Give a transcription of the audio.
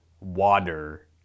water